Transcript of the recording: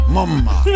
Mama